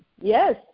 yes